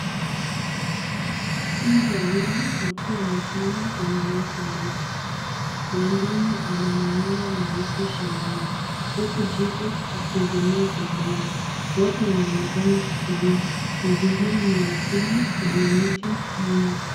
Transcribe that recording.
Simba wawili wakiwa wamesimama kwenye nyasi ndefu. Wa ndume ana manyoa meusi shingoni huku jike akiegemea pembeni. Wote wanaonekana kutulia. Mazingira ni ya asili yenye miti nyuma.